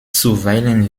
zuweilen